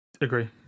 agree